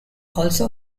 also